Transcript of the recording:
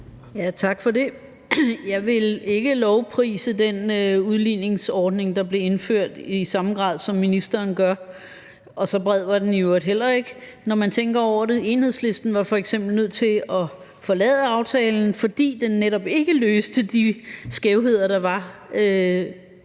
Tak for det. Jeg vil ikke lovprise den udligningsordning, der blev indført, i samme grad, som ministeren gør, og så bred var den i øvrigt heller ikke, når man tænker over det. Enhedslisten var f.eks. nødt til at forlade aftalen, fordi den netop ikke løste de skævheder, der var